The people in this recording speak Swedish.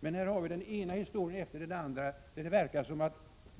Men här har vi den ena historien efter den andra där det verkar som om